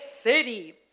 city